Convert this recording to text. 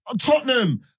Tottenham